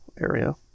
area